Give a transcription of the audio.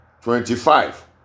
twenty-five